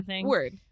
Word